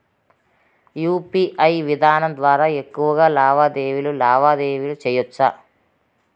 UPI విధానం ద్వారా ఎక్కువగా లావాదేవీలు లావాదేవీలు సేయొచ్చా?